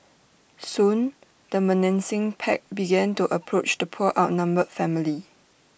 soon the menacing pack began to approach the poor outnumbered family